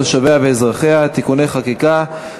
תושביה ואזרחיה (תיקוני חקיקה),